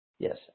Yes